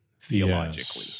theologically